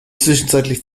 zwischenzeitlich